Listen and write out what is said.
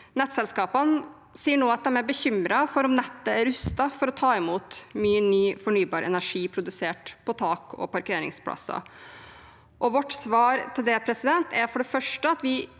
Nettselskapene sier nå at de er bekymret for om nettet er rustet for å ta imot mye ny fornybar energi produsert på tak og parkeringsplasser. Vårt svar til det er for det første at vi